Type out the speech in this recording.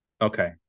Okay